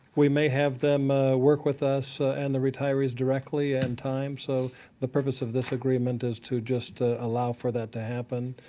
we may have them work with us and the retirees directly in time. so the purpose of this agreement is to ah allow for that to happen.